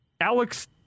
Alex